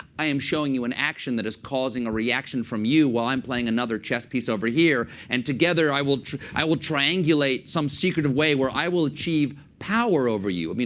i am showing you an action that is causing a reaction from you while i'm playing another chess piece over here. and together i will i will triangulate some secretive way where i will achieve power over you. i mean